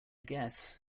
guess